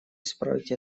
исправить